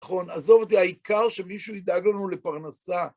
נכון, עזוב את זה, העיקר שמישהו ידאג לנו לפרנסה.